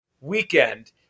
weekend